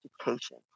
education